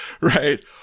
Right